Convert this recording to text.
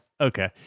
okay